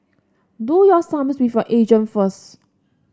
do your sums with your agent first